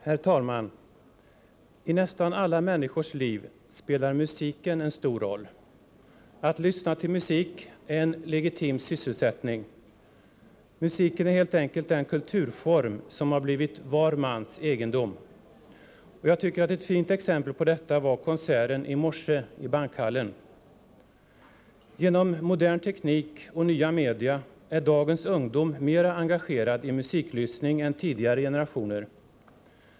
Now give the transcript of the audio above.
Herr talman! I nästan alla människors liv spelar musiken en stor roll. Att lyssna till musik är en legitim sysselsättning. Musiken är helt enkelt den kulturform som har blivit var mans egendom. Jag tycker att ett fint exempel på detta var konserten i morse i bankhallen. Genom modern teknik och nya media är dagens ungdom mera engagerad i musiklyssnande än tidigare generationer.